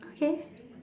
okay